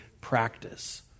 practice